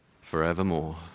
forevermore